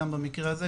גם במקרה הזה,